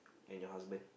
and your husband